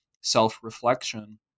self-reflection